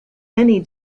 many